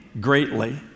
greatly